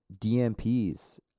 DMPs